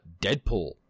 Deadpool